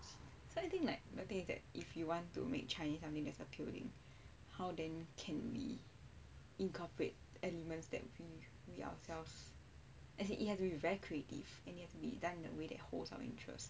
so I think like the thing is that if you want to make chinese something that's appealing how then can we incorporate elements that we ourselves as in it have to be very creative and it has to be done in a way that holds our interests